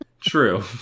True